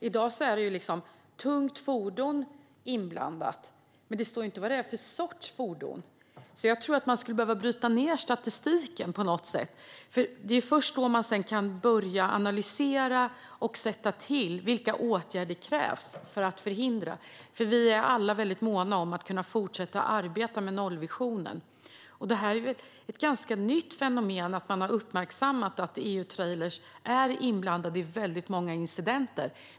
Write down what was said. I dag finns kategorin tungt fordon inblandat, men det står inte vad det är för sorts fordon. Jag tror att statistiken behöver brytas ned. Det är först då man kan börja analysera vilka åtgärder som krävs för att förhindra olyckor. Vi är alla måna om att kunna fortsätta att arbeta med nollvisionen, och det är ett nytt fenomen att man har uppmärksammat att EU-trailrar är inblandade i många incidenter.